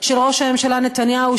של ראש הממשלה נתניהו,